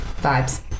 Vibes